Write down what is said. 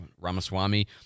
Ramaswamy